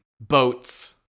boats